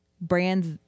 brands